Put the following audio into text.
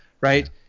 right